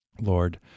Lord